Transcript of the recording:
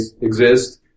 exist